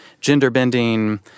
gender-bending